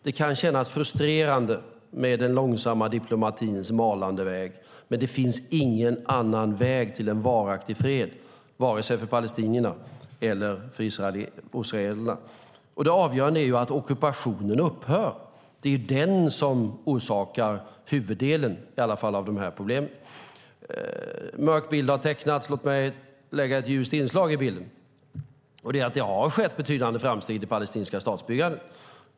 Det kan kännas frustrerande med den långsamma diplomatins malande väg, men det finns ingen annan väg till en varaktig fred, vare sig för palestinierna eller för israelerna. Det avgörande är att ockupationen upphör. Det är den som orsakar huvuddelen av de här problemen. En mörk bild har tecknats. Låt mig lägga till ett ljust inslag i bilden, och det är att det har skett betydande framsteg i det palestinska statsbyggandet.